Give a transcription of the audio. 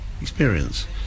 experience